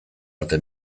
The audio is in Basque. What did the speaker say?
arte